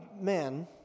men